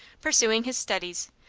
pursuing his studies,